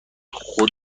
خود